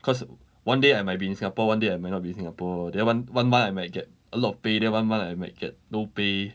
cause one day I might be in singapore one day I might not be singapore then one one month I might get a lot of pay then one month I might get no pay